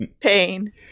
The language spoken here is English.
Pain